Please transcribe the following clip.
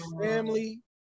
family